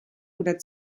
oder